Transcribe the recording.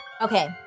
Okay